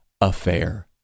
affair